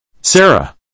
Sarah